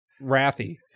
wrathy